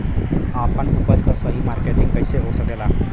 आपन उपज क सही मार्केटिंग कइसे हो सकेला?